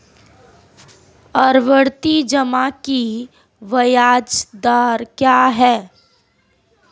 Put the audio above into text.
आवर्ती जमा की ब्याज दर क्या है?